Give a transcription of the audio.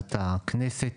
לוועדת הכנסת